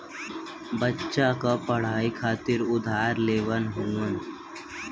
बच्चा क पढ़ाई खातिर उधार लेवल हउवन